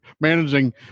managing